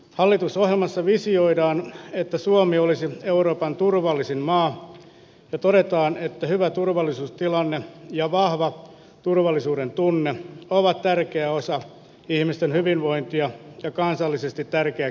hallitusohjelmassa visioidaan että suomi olisi euroopan turvallisin maa ja todetaan että hyvä turvallisuustilanne ja vahvat turvallisuuden tunne ovat tärkeä osa ihmisten hyvinvointia ja kansallisesti tärkeä